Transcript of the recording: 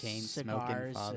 cigars